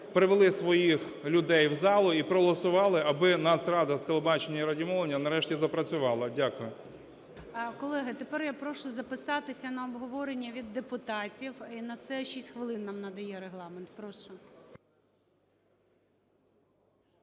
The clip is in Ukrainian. привели своїх людей в залу і проголосували. Аби Нацрада з телебачення і радіомовлення, нарешті, запрацювала. Дякую. ГОЛОВУЮЧИЙ. Колеги, тепер я прошу записатися на обговорення від депутатів, і на це 6 хвилин нам надає Регламент. Прошу.